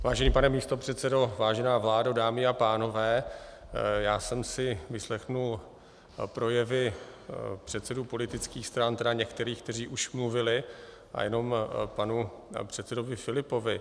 Vážený pane místopředsedo, vážená vládo, dámy a pánové, já jsem si vyslechl projevy předsedů politických stran, tedy některých, kteří už mluvili, a jenom k panu předsedovi Filipovi.